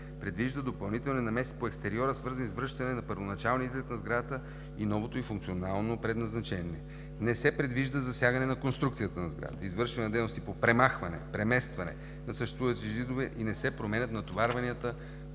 предвижда допълнителна намеса по екстериора, свързана с връщане на първоначалния вид на сградата и новото ѝ функционално предназначение. Не се предвижда засягане на конструкцията на сградата, извършване на дейности по премахване, преместване на съществуващи зидове и не се променят натоварванията